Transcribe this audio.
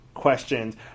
questions